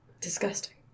Disgusting